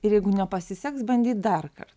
ir jeigu nepasiseks bandyti dar kartą